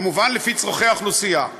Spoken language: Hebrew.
כמובן לפי צורכי האוכלוסייה,